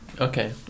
okay